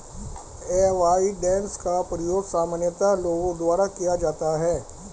avoidance का प्रयोग सामान्यतः लोगों द्वारा किया जाता है